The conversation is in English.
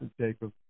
Jacob